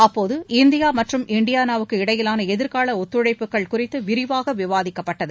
அப்போது இந்தியா மற்றும் இண்டியானாவுக்கு இடையிலான எதிர்கால ஒத்துழைப்புகள் குறித்து விரிவாக விவாதிக்கப்பட்டது